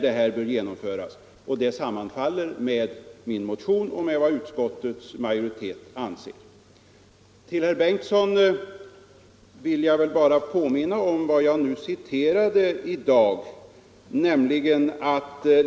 Den sammanfaller med förslaget i min motion och med utskottsmajoritetens ställningstagande. Herr Bengtsson i Göteborg vill jag påminna om vad jag citerade i mitt anförande.